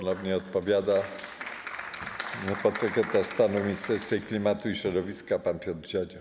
Ponownie odpowiada podsekretarz stanu w Ministerstwie Klimatu i Środowiska pan Piotr Dziadzio.